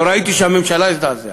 לא ראיתי שהממשלה הזדעזעה.